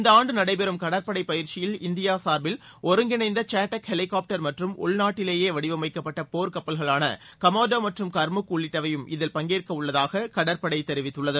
இந்த ஆண்டு நடைபெறும் கடற்படைப் பயிற்சியில் இந்தியா சார்பில் ஒருங்கிணைந்த சேடக் ஹெலிகாப்டர் மற்றும் உள்நாட்டிலேயே வடிவமைக்கப்பட்ட போர்க் கப்பல்களான கமோர்டா மற்றும் கர்முக் உள்ளிட்டவையும் இதில் பங்கேற்கவுள்ளதாக கடற்படை தெரிவித்துள்ளது